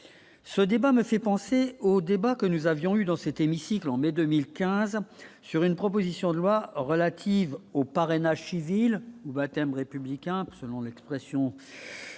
ce débat me fait penser au débat que nous avions eu dans cet hémicycle, en mai 2015, sur une proposition de loi relative au parrainage civil ou baptême républicain, selon l'expression